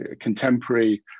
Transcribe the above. contemporary